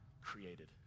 created